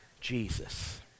Jesus